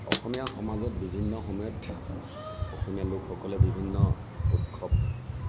অসমীয়া সমাজত বিভিন্ন সময়ত অসমীয়া লোকসকলে বিভিন্ন উৎসৱ